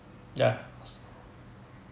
ya s~